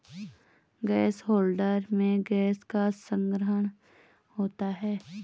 gas holder में gas का संग्रहण होता है